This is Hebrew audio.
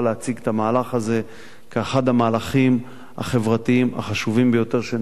המהלך הזה כאחד המהלכים החברתיים החשובים ביותר שנעשו,